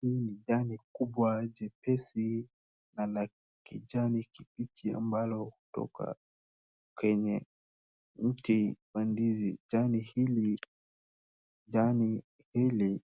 Hii ni jani kubwa jepesi na la kijani kibichi ambalo hutoka kwenye mti wa ndizi jani hili